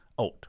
out